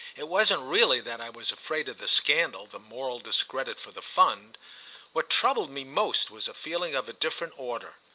it wasn't really that i was afraid of the scandal, the moral discredit for the fund what troubled me most was a feeling of a different order.